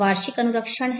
वार्षिक अनुरक्षण है